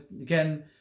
again